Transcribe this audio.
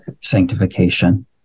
sanctification